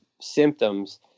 symptoms